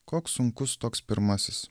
koks sunkus toks pirmasis